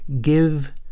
Give